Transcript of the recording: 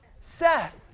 Seth